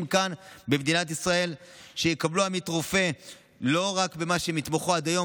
כאן במדינת ישראל יקבלו עמית רופא לא רק במה שהם התמחו עד היום,